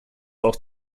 auch